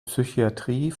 psychatrie